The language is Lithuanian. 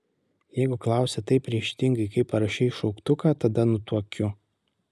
jeigu klausi taip ryžtingai kaip parašei šauktuką tada nutuokiu